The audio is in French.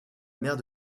mère